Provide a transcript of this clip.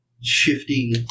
shifting